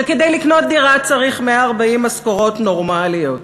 שכדי לקנות דירה צריך 140 משכורות נורמליות.